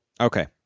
Okay